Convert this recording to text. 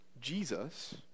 Jesus